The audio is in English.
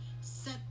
Set